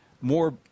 more